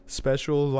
special